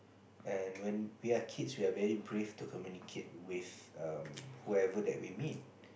and when we are kids we are very brave to communicate with um whoever that we meet